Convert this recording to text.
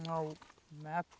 ನಾವು ಮ್ಯಾಪ್